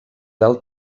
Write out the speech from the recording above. del